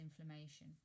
inflammation